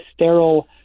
sterile